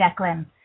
Declan